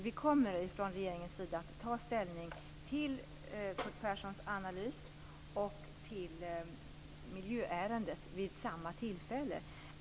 Vi kommer från regeringens sida att ta ställning till Perssons analys och till miljöärendet vid samma tillfälle.